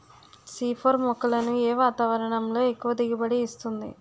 C four మొక్కలను ఏ వాతావరణంలో ఎక్కువ దిగుబడి ఇస్తుంది?